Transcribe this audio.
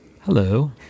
Hello